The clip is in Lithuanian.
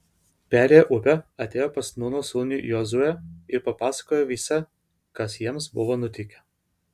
perėję upę atėjo pas nūno sūnų jozuę ir papasakojo visa kas jiems buvo nutikę